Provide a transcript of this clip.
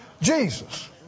Jesus